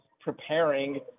preparing